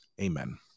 amen